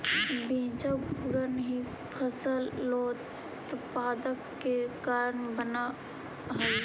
बीजांकुरण ही फसलोत्पादन के कारण बनऽ हइ